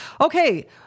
okay